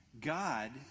God